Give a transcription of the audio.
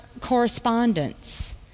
correspondence